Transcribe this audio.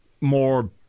more